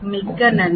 மிக்க நன்றி